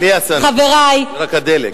בלי הסנדוויץ', רק הדלק.